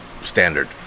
standard